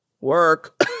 work